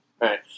right